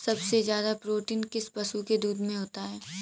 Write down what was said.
सबसे ज्यादा प्रोटीन किस पशु के दूध में होता है?